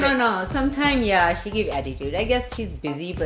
no, no! sometime, yeah, she give attitude. i guess she's busy, but